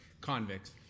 convicts